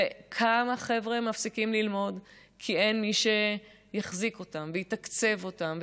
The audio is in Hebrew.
כמה חבר'ה מפסיקים ללמוד כי אין מי שיחזיק אותם ויתקצב אותם,